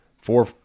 four